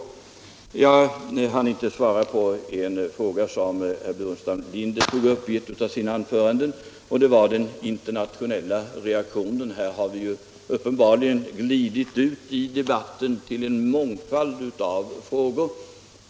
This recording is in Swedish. Jag hann inte svara på en fråga som herr Burenstam Linder tog upp i ett av sina anföranden. Det gällde den internationella reaktionen.